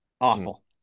awful